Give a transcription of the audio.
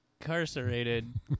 incarcerated